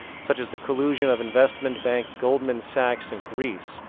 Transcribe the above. such as the collusion of investment bank goldman sachs and greece,